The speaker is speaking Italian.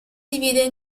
divide